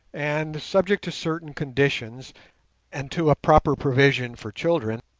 and, subject to certain conditions and to a proper provision for children,